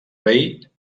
rei